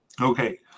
Okay